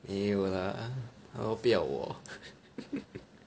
没有 lah 他们都不要我